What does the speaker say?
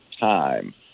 time